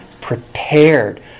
prepared